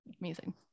amazing